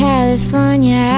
California